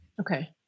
Okay